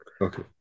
Okay